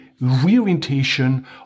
reorientation